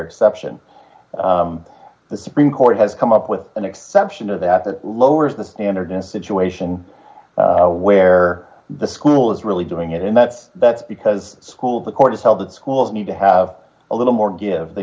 exception the supreme court has come up with an exception to that that lowers the standard in a situation where the school is really doing it and that's that's because schools the court itself the schools need to have a little more give they